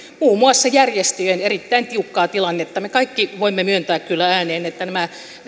muun muassa järjestöjen erittäin tiukkaa tilannetta me kaikki voimme myöntää kyllä ääneen että nämä